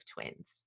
twins